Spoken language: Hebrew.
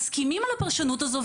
מסכימים על הפרשנות הזו,